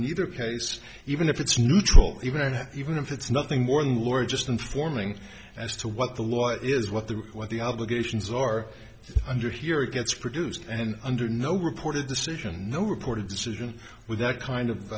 neither case even if it's neutral even and even if it's nothing more than laura just informing as to what the law is what the what the obligations are under here it gets produced and under no reported decision no reported decision with that kind of